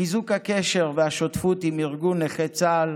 חיזוק הקשר והשותפות עם ארגון נכי צה"ל